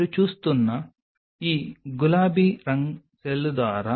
మీరు చూస్తున్న ఈ గులాబీ రంగు సెల్ ద్వారా స్రవించే ACM